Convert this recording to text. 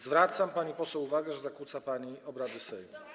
Zwracam pani poseł uwagę, że zakłóca pani obrady Sejmu.